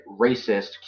racist